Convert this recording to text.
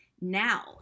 now